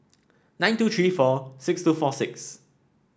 nine two three four six two four six